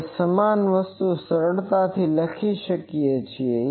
આપણે આ સમાન વસ્તુ સરળતાથી લઇ શકીએ છીએ